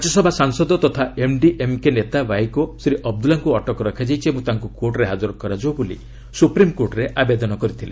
ରାଜ୍ୟସଭା ସାଂସଦ ତଥା ଏମ୍ଡିଏମ୍କେ ନେତା ଭାଇକୋ ଶ୍ରୀ ଅବଦୁଲ୍ଲାଙ୍କୁ ଅଟକ ରଖାଯାଇଛି ଏବଂ ତାଙ୍କୁ କୋର୍ଟରେ ହାଜର କରାଯାଉ ବୋଲି ସୁପ୍ରମ୍କୋର୍ଟରେ ଆବେଦନ କରିଥିଲେ